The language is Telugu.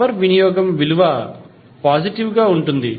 పవర్ వినియోగం విలువ పాజిటివ్ గా ఉంటుంది